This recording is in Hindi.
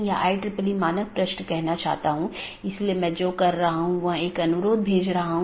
OSPF और RIP का उपयोग AS के माध्यम से सूचना ले जाने के लिए किया जाता है अन्यथा पैकेट को कैसे अग्रेषित किया जाएगा